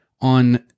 on